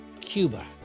cuba